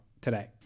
today